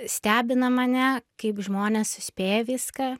stebina mane kaip žmonės suspėja viską